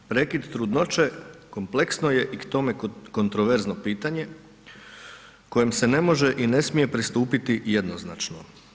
Prekid trudnoće kompleksno i k tome kontroverzno pitanje kojim se ne može i ne smije pristupiti jednoznačno.